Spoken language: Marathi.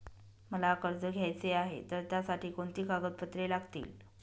मला कर्ज घ्यायचे आहे तर त्यासाठी कोणती कागदपत्रे लागतील?